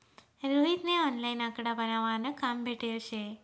रोहित ले ऑनलाईन आकडा बनावा न काम भेटेल शे